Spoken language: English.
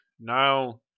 now